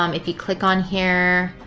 um if you click on here,